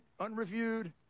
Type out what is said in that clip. unreviewed